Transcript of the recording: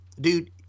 dude